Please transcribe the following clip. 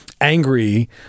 angry